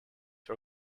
her